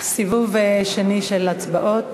של הצבעות,